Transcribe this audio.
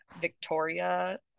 victoria